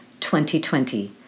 2020